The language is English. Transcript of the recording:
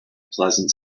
pleasant